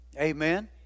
Amen